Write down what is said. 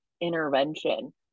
intervention